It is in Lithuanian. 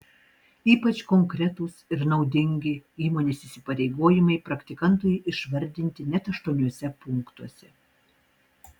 ypač konkretūs ir naudingi įmonės įsipareigojimai praktikantui išvardinti net aštuoniuose punktuose